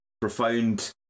profound